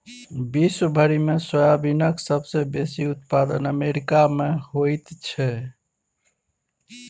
विश्व भरिमे सोयाबीनक सबसे बेसी उत्पादन अमेरिकामे होइत छै